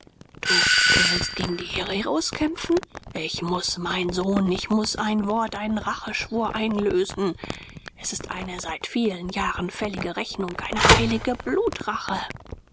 du du willst gegen die hereros kämpfen ich muß mein sohn ich muß ein wort einen racheschwur einlösen es ist eine seit vielen jahren fällige rechnung eine heilige blutrache